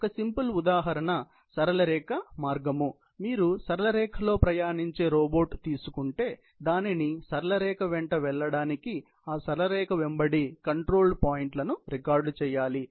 ఒక సింపుల్ ఉదాహరణ సరళ రేఖ మార్గము మీరు సరళ రేఖలో ప్రయాణించే రోబోట్ తీసుకుంటే దానిని సరళ రేఖ వెంట వెళ్ళడానికి ఆ సరళ రేఖ వెంబడి కంట్రోల్ పాయింట్లను రికార్డ్ చెయ్యాలి